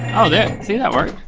oh there, see that works.